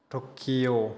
Tokyo